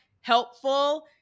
helpful